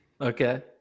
Okay